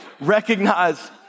recognize